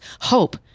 hope